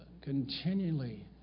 continually